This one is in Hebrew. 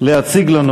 להציג לנו,